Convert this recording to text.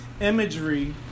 imagery